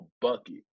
bucket